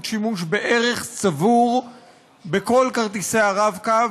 שימוש בערך צבור בכל כרטיסי ה"רב-קו",